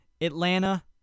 Atlanta